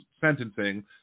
sentencing